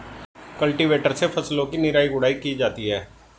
cultivator से फसलों की निराई गुड़ाई की जाती है